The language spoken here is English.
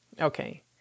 Okay